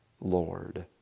Lord